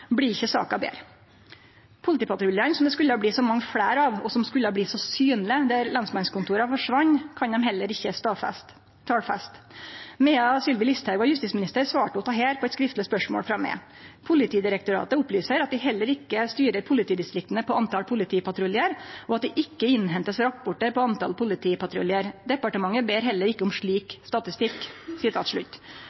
blir ikkje saka betre. Politipatruljane, som det skulle bli så mange fleire av, og som skulle bli så synlege der lensmannskontora forsvann, kan dei heller ikkje talfeste. Medan Sylvi Listhaug var justisminister, svarte ho dette på eit skriftleg spørsmål frå meg: «Politidirektoratet opplyser at de heller ikke styrer politidistriktene på antall politipatruljer, og at det ikke innhentes rapporter på antall politipatruljer. Departementet ber heller ikke om slik